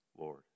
lord